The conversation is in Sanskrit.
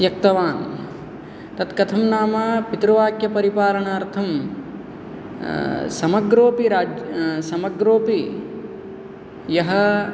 त्यक्तवान् तत् कथं नाम पितृवाक्यपरिपालनार्थं समग्रोऽपि राज् समग्रोऽपि यः